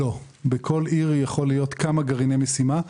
לא, בכל עיר יכולים להיות כמה גרעיני משימה.